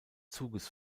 zuges